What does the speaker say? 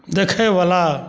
देखैवला